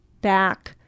back